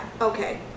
Okay